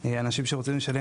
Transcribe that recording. אנשים שרוצים לשלם,